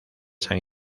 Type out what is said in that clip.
san